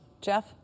Jeff